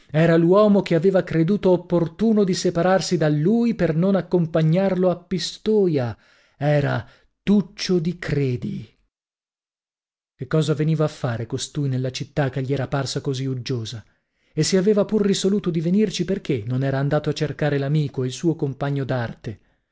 era l'uomo che aveva creduto opportuno di separarsi da lui per non accompagnarlo a pistoia era tuccio di credi che cosa veniva a fare costui nella città che gli era parsa così uggiosa e se aveva pur risoluto di venirci perchè non era andato a cercare l'amico il suo compagno d'arte